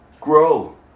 Grow